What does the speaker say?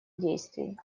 действий